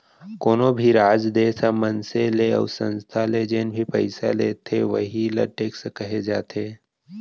कोनो भी राज, देस ह मनसे ले अउ संस्था ले जेन भी पइसा लेथे वहीं ल टेक्स कहे जाथे